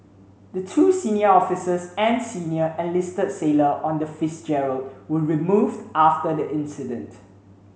the two senior officers and senior enlisted sailor on the Fitzgerald were removed after the incident